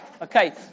okay